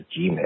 Gmail